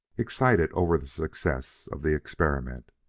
excited over the success of the experiment.